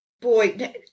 Boy